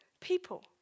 people